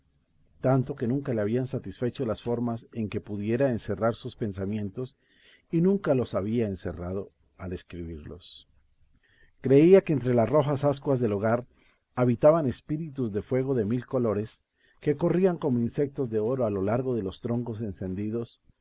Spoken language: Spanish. tanto que nunca le habían satisfecho las formas en que pudiera encerrar sus pensamientos y nunca los había encerrado al escribirlos creía que entre las rojas ascuas del hogar habitaban espíritus de fuego de mil colores que corrían como insectos de oro a lo largo de los troncos encendidos